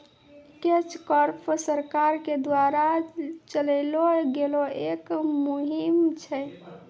catch crop सरकार के द्वारा चलैलो गेलो एक मुहिम छै